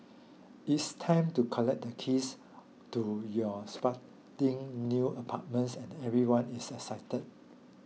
it's time to collect the keys to your spanking new apartments and everyone is excited